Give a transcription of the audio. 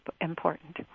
important